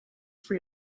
free